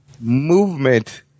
movement